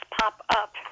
pop-up